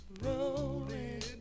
rolling